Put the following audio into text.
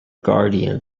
guardian